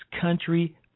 country